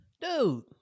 Dude